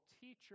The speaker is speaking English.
teacher